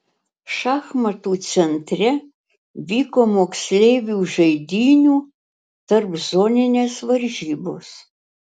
šachmatų centre vyko moksleivių žaidynių tarpzoninės varžybos